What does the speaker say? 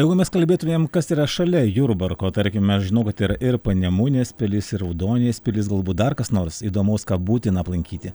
jeigu mes kalbėtumėm kas yra šalia jurbarko tarkime aš žinau kad yra ir panemunės pilis ir raudonės pilis galbūt dar kas nors įdomaus ką būtina aplankyti